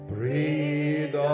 Breathe